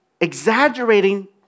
exaggerating